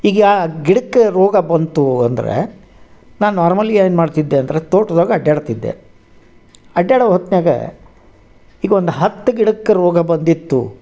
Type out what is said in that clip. ಈಗ ಗಿಡಕ್ಕೆ ರೋಗ ಬಂತು ಅಂದರೆ ನಾನು ನಾರ್ಮಲಿ ಏನು ಮಾಡ್ತಿದ್ದೆ ಅಂದರೆ ತೋಟ್ದಾಗ ಅಡ್ಯಾಡ್ತಿದ್ದೆ ಅಡ್ಯಾಡೊ ಹೋತ್ನ್ಯಾಗ ಈಗ ಒಂದು ಹತ್ತು ಗಿಡಕ್ಕೆ ರೋಗ ಬಂದಿತ್ತು